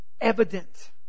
evident